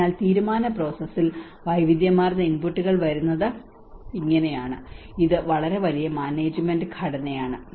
അതിനാൽ തീരുമാന പ്രോസസ്സിൽ വൈവിധ്യമാർന്ന ഇൻപുട്ടുകൾ വരുന്നത് ഇങ്ങനെയാണ് ഇത് വളരെ വലിയ മാനേജ്മെന്റ് ഘടനയാണ്